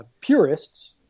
purists